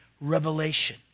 Revelation